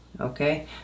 Okay